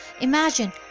Imagine